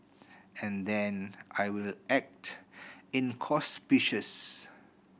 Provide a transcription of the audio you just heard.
and then I will act inconspicuous